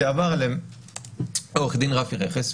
זה עבר לעורך דין רפי רכס,